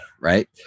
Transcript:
right